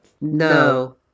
No